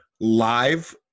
live